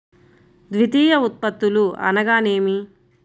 ద్వితీయ ఉత్పత్తులు అనగా నేమి?